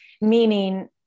meaning